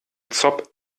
zob